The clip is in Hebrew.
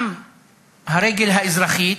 גם הרגל האזרחית,